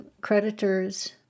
creditors